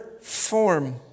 form